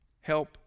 help